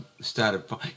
started